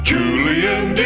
Julian